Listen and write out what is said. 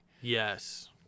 Yes